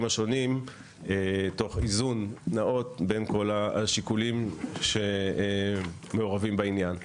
השונים תוך איזון נאות בין כל השיקולים שמעורבים בעניין.